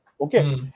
Okay